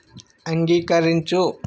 అంగీకరించు